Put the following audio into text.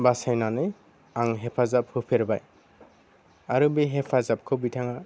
बासायनानै आं हेफाजाब होफेरबाय आरो बे हेफाजाबखौ बिथाङा